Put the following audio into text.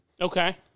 Okay